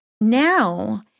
now